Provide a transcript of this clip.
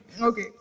okay